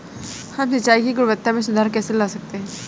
हम सिंचाई की गुणवत्ता में सुधार कैसे ला सकते हैं?